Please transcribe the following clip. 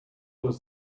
does